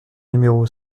numéro